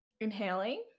Inhaling